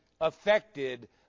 affected